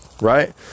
right